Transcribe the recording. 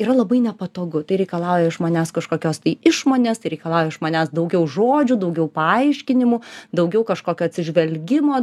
yra labai nepatogu tai reikalauja iš manęs kažkokios tai išmonės tai reikalauja iš manęs daugiau žodžių daugiau paaiškinimų daugiau kažkokio atsižvelgimo